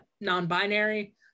non-binary